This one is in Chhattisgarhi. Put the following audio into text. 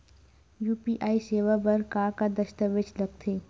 यू.पी.आई सेवा बर का का दस्तावेज लगथे?